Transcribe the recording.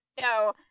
No